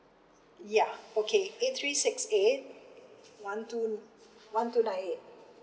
ya okay eight three six eight one two one two nine eight